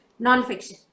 nonfiction